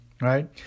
right